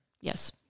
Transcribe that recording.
yes